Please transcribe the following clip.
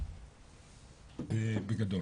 בגדול.